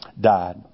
died